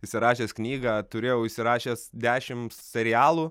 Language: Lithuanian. įsirašęs knygą turėjau įsirašęs dešimt serialų